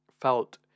felt